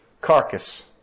carcass